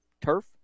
turf